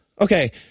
okay